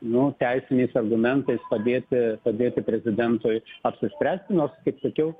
nu teisiniais argumentais padėti padėti prezidentui apsispręsti nors kaip sakiau